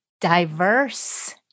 diverse